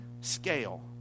scale